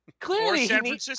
Clearly